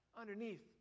underneath